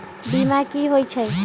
बीमा कि होई छई?